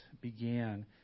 began